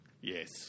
Yes